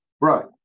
right